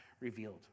revealed